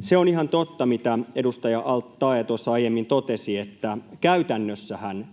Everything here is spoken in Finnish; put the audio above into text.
Se on ihan totta, mitä edustaja al-Taee tuossa aiemmin totesi, että käytännössähän